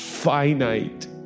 finite